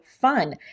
fun